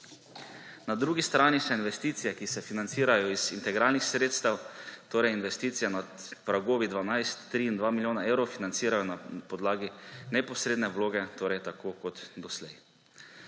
Na drugi strani se investicije, ki se financirajo iz integralnih sredstev, torej investicije nad pragovi 12, 3 in 2 milijona evrov, financirajo na podlagi neposredne vloge, torej tako kot doslej.